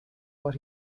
what